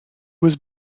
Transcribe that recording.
was